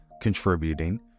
contributing